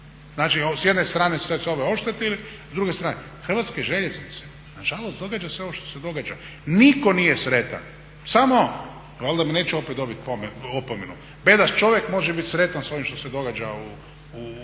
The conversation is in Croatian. Znači s jedne strane … oštetili, a s druge strane… Hrvatske željeznice, nažalost događa se ovo što se događa. Nitko nije sretan, samo valjda neće opet dobiti opomenu. Bedast čovjek može bit sretan sa ovim što se događa